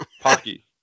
Pocky